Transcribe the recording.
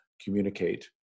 communicate